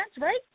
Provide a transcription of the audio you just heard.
right